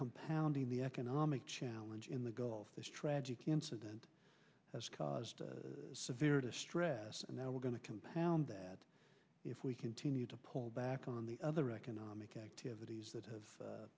compounding the economic challenge in the gulf this tragic incident has caused severe distress and now we're going to compound that if we continue to pull back on the other economic activities that have